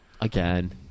Again